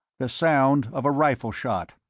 the sound of a rifle shot.